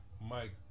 Mike